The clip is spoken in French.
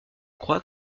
crois